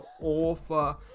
author